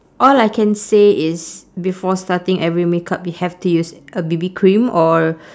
all I can say is before starting every makeup you have to use a B_B cream or